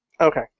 Okay